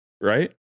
right